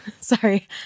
Sorry